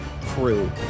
crew